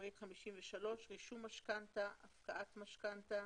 רישום משכנתה, הפקעת משכנתה